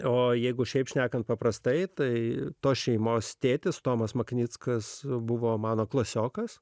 o jeigu šiaip šnekant paprastai tai tos šeimos tėtis tomas maknickas buvo mano klasiokas